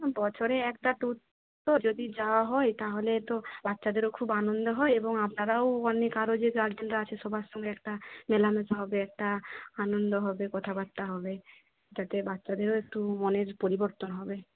বছরে একটা ট্যুর তো যদি যাওয়া হয় তাহলে তো বাচ্চাদেরও খুব আনন্দ হয় এবং আপনারাও অনেক আরও যে গার্জেনরা আছে সবার সঙ্গে একটা মেলামেশা হবে একটা আনন্দ হবে কথাবার্তা হবে তাতে বাচ্চাদেরও একটু মনের পরিবর্তন হবে